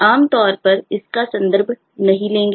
आम तौर पर इसका संदर्भ नहीं लेंगे